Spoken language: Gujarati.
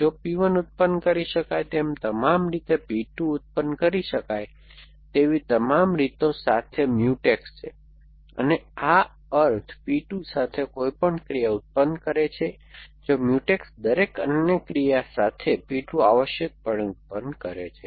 જો P 1 ઉત્પન્ન કરી શકાય તેવી તમામ રીતે P 2 ઉત્પન્ન કરી શકાય તેવી તમામ રીતો સાથે મ્યુટેક્સ છે અને આ અર્થ P 2 સાથેની કોઈપણ ક્રિયા ઉત્પન્ન કરે છે જો મ્યુટેક્સ દરેક અન્ય ક્રિયા સાથે P 2 આવશ્યકપણે ઉત્પન્ન કરે છે